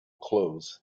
clothes